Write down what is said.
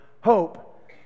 hope